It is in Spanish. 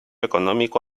económico